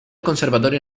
conservatorio